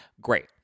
Great